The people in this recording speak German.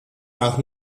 nach